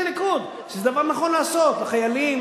הליכוד שזה דבר נכון לעשות לחיילים,